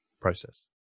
process